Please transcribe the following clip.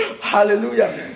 Hallelujah